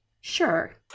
Sure